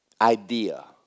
idea